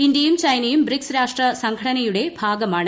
ഇന്ത്യയും ചൈനയും ബ്രിക്സ് രാഷ്ട്ര സംഘടനയുടെ ഭാഗമാണ്